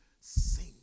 sing